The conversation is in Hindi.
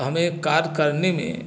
हमें कार्य करने में